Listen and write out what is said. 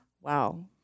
Wow